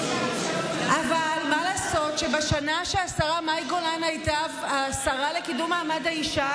אבל מה לעשות שבשנה שבה השרה מאי גולן הייתה השרה לקידום מעמד האישה,